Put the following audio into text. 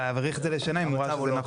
להאריך את זה לשנה אם הוא רואה לנכון.